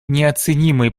неоценимой